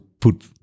put